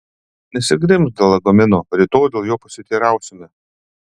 nesikrimsk dėl lagamino rytoj dėl jo pasiteirausime